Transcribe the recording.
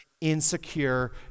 insecure